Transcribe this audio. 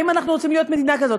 האם אנחנו רוצים להיות מדינה כזאת?